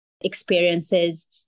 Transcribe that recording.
experiences